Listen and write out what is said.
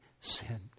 sin